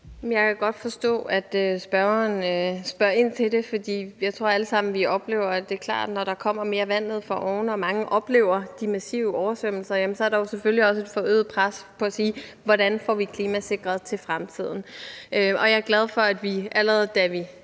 Jeg kan godt forstå, at spørgeren spørger ind til det, for jeg tror, at vi alle sammen oplever, at når der kommer mere vand ned fra oven og mange oplever de massive oversvømmelser, så er der selvfølgelig også et forøget pres i forhold til at sige: Hvordan får vi klimasikret i forhold til fremtiden? Og jeg er glad for, at vi, allerede da vi